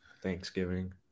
Thanksgiving